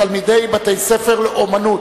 תלמידי בתי-ספר לאמנות).